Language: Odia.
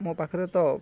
ମୋ ପାଖରେ ତ